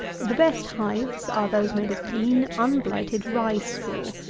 the best hives are those made of clean unblighted rye-straw.